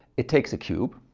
it takes a cube,